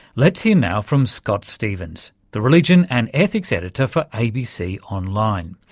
let's hear now from scott stephens, the religion and ethics editor for abc online.